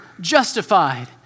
justified